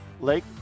Lake